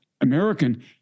American